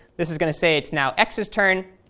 this is going to say it's now x's turn,